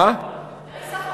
ברי סחרוף,